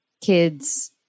kids